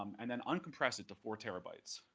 um and then uncompress it to four terabytes.